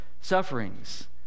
sufferings